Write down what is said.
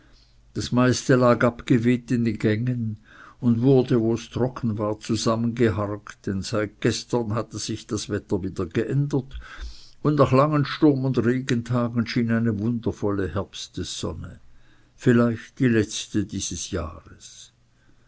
das meiste lag abgeweht in den gängen und wurde wo's trocken war zusammengeharkt denn seit gestern hatte sich das wetter wieder geändert und nach langen sturm und regentagen schien eine wundervolle herbstessonne vielleicht die letzte dieses jahres